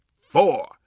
four